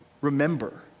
Remember